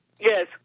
Yes